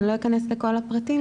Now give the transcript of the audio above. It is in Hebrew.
לא אכנס לכל הפרטים,